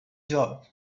job